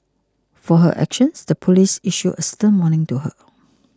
for her actions the police issued a stern warning to her